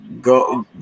go